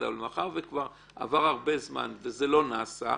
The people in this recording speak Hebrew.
אבל מאחר שכבר עבר הרבה זמן וזה לא נעשה -- מאוגוסט.